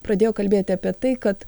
pradėjo kalbėti apie tai kad